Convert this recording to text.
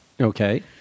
Okay